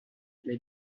les